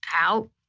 out